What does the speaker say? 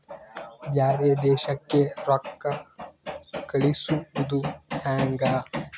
ಬ್ಯಾರೆ ದೇಶಕ್ಕೆ ರೊಕ್ಕ ಕಳಿಸುವುದು ಹ್ಯಾಂಗ?